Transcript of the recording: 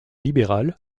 libéral